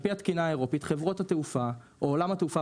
על פי התקינה האירופאית חברות התעופה או עולם התעופה